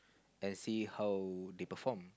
and see how they perform